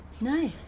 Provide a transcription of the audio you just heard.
Nice